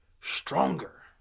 stronger